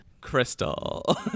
Crystal